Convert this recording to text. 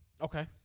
Okay